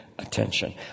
Attention